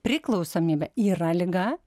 priklausomybė yra liga